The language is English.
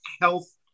health